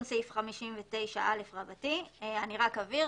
תיקון סעיף 59א4. רק אבהיר